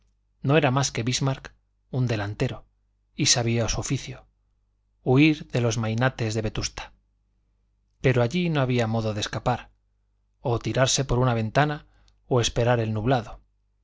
no era más que bismarck un delantero y sabía su oficio huir de los mainates de vetusta pero allí no había modo de escapar o tirarse por una ventana o esperar el nublado